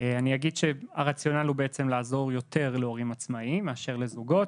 אני אגיד שהרציונל הוא בעצם לעזור יותר להורים עצמאיים מאשר לזוגות.